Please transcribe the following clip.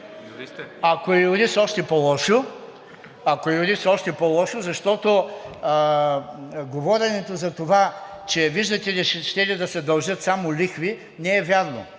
Ако е юрист, още по-лошо, защото говоренето за това, че виждате ли, щели да се дължат само лихви, не е вярно.